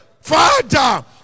Father